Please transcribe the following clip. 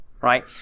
Right